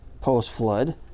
post-flood